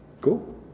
Cool